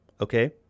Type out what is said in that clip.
Okay